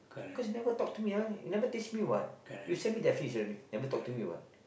cause you never talk to me ah you never teach me [what] you send me the fish already never talk to me [what]